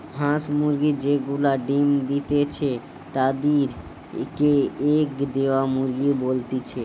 হাঁস মুরগি যে গুলা ডিম্ দিতেছে তাদির কে এগ দেওয়া মুরগি বলতিছে